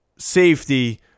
safety